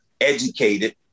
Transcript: educated